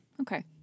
Okay